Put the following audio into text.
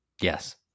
Yes